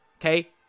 Okay